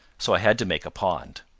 so i had to make a pond.